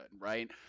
right